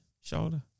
shoulder